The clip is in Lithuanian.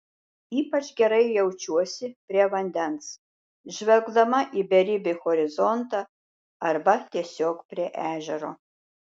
ypač gerai jaučiuosi prie vandens žvelgdama į beribį horizontą arba tiesiog prie ežero